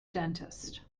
dentist